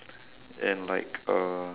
and like uh